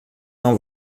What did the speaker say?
não